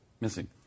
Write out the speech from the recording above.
Missing